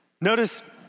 Notice